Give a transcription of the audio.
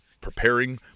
preparing